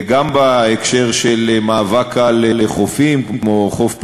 גם בהקשר של מאבק על חופים, כמו חוף פלמחים,